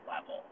level